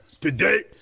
Today